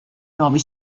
nuovi